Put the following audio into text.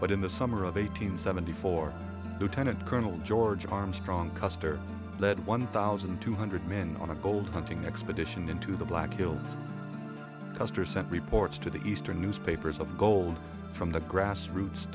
but in the summer of eight hundred seventy four lieutenant colonel george armstrong custer led one thousand two hundred men on a gold hunting expedition into the black hills and custer sent reports to the eastern newspapers of gold from the grass roots